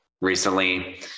recently